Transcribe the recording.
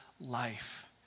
life